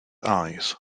eyes